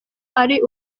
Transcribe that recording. ari